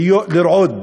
לרעוד